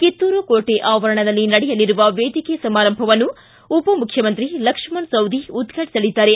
ಕಿತ್ತೂರು ಕೋಟೆ ಆವರಣದಲ್ಲಿ ನಡೆಯಲಿರುವ ವೇದಿಕೆ ಸಮಾರಂಭವನ್ನು ಉಪಮುಖ್ಯಮಂತ್ರಿ ಲಕ್ಷ್ಮಣ ಸವದಿ ಉದ್ಘಾಟಿಸಲಿದ್ದಾರೆ